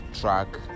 track